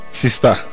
sister